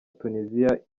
tunisia